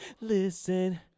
Listen